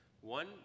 one